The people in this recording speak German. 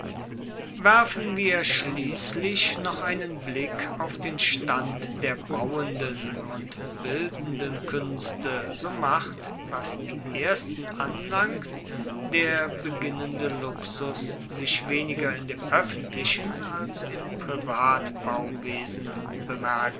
werfen wir schliesslich noch einen blick auf den stand der bauenden und bildenden kuenste so macht was die ersten anlangt der beginnende luxus sich weniger in dem oeffentlichen als im